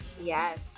Yes